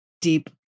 deep